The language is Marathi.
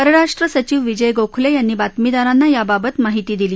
परराष्ट्र सचिव विजय गोखले यांनी बातमीदारांना याबाबत माहिती दिली